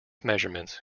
measurements